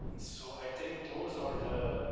so i think those are the,